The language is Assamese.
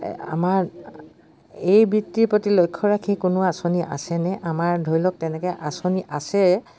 এই আমাৰ এই বৃত্তিৰ প্ৰতি লক্ষ্য ৰাখি কোনো আঁচনি আছেনে আমাৰ ধৰি লওক তেনেকৈ আঁচনি আছে